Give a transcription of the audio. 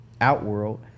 Outworld